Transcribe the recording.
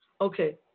Okay